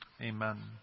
Amen